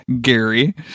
Gary